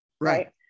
right